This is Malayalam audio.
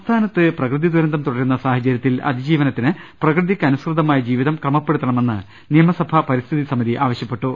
സംസ്ഥാനത്ത് പ്രകൃതി ദുരന്തം തുടരുന്ന സാഹചരൃത്തിൽ അതി ജീവനത്തിന് പ്രകൃതിക്ക് അനുസൃതമായ ജീവിതം ക്രമപ്പെടുത്തണ മെന്ന് നിയമസഭാ പരിസ്ഥിതി സമിതി ആവശ്യപ്പെട്ടു